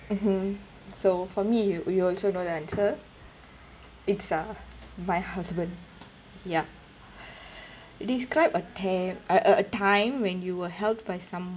mmhmm so for me you you also know that answer it's uh my husband ya describe a time uh a time when you were helped by